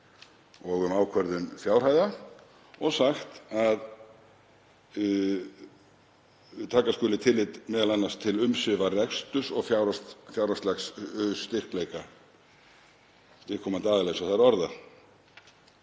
og ákvörðun fjárhæða og sagt að taka skuli tillit m.a. til umsvifa, reksturs og fjárhagslegs styrkleika viðkomandi aðila, eins og það er orðað.